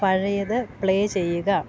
പഴയത് പ്ലേ ചെയ്യുക